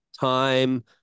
time